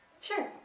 Sure